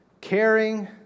caring